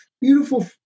beautiful